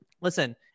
Listen